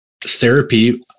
therapy